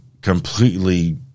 completely